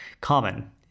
common